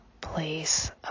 place